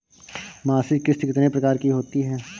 मासिक किश्त कितने प्रकार की होती है?